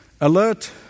Alert